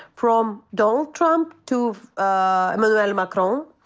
from donald trump to ah emmanuel macron,